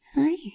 Hi